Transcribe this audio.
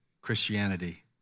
Christianity